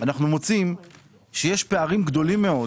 אנו מוצאים שיש פערים גדולים מאוד